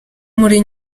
muri